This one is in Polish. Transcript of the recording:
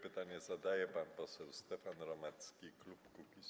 Pytanie zadaje pan poseł Stefan Romecki, klub Kukiz’15.